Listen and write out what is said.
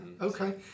okay